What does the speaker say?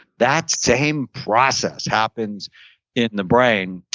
that same process happens in the brain,